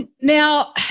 Now